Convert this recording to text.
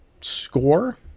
score